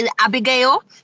Abigail